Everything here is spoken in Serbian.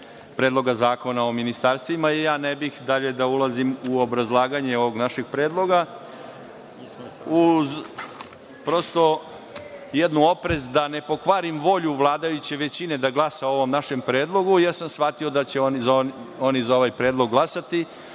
Predloga zakona o ministarstvima. Ne bih dalje da ulazim u obrazlaganje ovog našeg predloga, uz prosto jednu oprez, da ne pokvarim volju vladajuće većine da glasa o ovom našem predlogu, jer sam shvatio da će oni za ovaj predlog glasati,